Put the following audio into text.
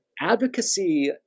Advocacy